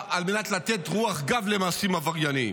על מנת לתת רוח גב למעשים עברייניים.